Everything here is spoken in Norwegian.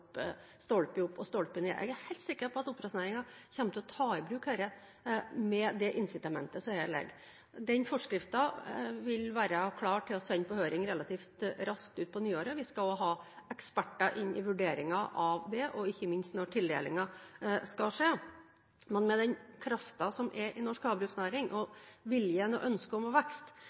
stolpe opp og stolpe ned. Jeg er helt sikker på at oppdrettsnæringen kommer til å ta i bruk dette med det incitamentet som ligger her. Den forskriften vil være klar til å sendes på høring relativt raskt på nyåret. Vi skal også ha eksperter inn i vurderingen av det, ikke minst når tildelingen skal skje. Men med den kraften som er i norsk havbruksnæring, og viljen til og ønsket om vekst